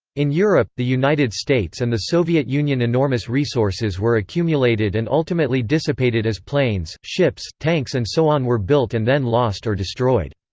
in europe, the united states and the soviet union enormous resources were accumulated and ultimately dissipated as planes, ships, tanks and so on were built and then lost or destroyed.